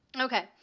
Okay